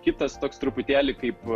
kitas toks truputėlį kaip